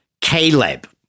Caleb